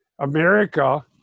America